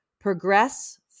Progress